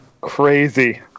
crazy